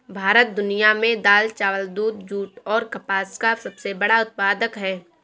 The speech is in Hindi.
भारत दुनिया में दाल, चावल, दूध, जूट और कपास का सबसे बड़ा उत्पादक है